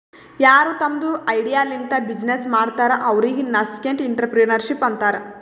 ಯಾರು ತಮ್ದು ಐಡಿಯಾ ಲಿಂತ ಬಿಸಿನ್ನೆಸ್ ಮಾಡ್ತಾರ ಅವ್ರಿಗ ನಸ್ಕೆಂಟ್ಇಂಟರಪ್ರೆನರ್ಶಿಪ್ ಅಂತಾರ್